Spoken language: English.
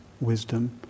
wisdom